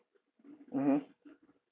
mmhmm